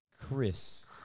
Chris